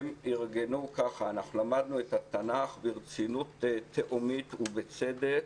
אנחנו למדנו את התנ"ך ברצינות תהומית ובצדק.